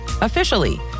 Officially